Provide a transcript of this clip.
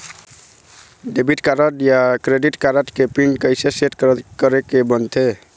Debit card या credit card के pin कइसे सेट करे के बनते?